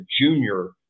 junior